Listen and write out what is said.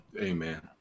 Amen